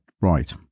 right